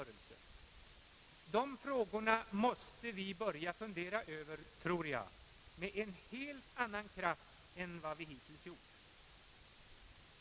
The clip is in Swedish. Dessa frågor måste vi börja fundera över, tror jag, med en helt annan kraft än vad vi hittills gjort.